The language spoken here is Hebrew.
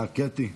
הינה קטי.